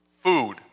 food